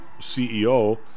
CEO